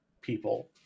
people